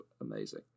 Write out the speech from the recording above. amazing